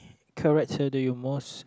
character do you most